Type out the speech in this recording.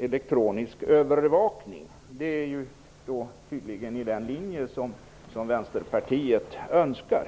elektronisk övervakning. Det ligger tydligen helt i linje med vad Vänsterpartiet önskar.